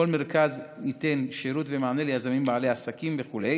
כל מרכז ייתן שירות ומענה ליזמים בעלי עסקים וכו'.